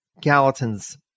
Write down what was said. Gallatin's